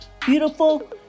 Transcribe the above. beautiful